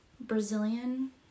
Brazilian